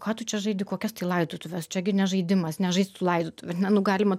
ką tu čia žaidi kokias tai laidotuves čia gi ne žaidimas nežaisk tų laidotuvių nu galima